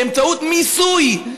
באמצעות מיסוי,